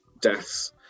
deaths